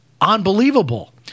unbelievable